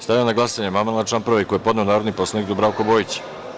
Stavljam na glasanje amandman na član 1. koji je podneo narodni poslanik Dubravko Bojić.